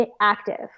active